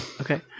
Okay